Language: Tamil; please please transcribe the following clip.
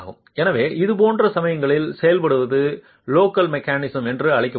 எனவே இது போன்ற சமயங்களில் செய்யப்படுவது லோக்கல் மெக்கானிசம் என்று அழைக்கப்படுகிறது